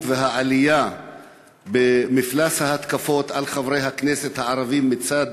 והעלייה במפלס ההתקפות על חברי הכנסת הערבים מצד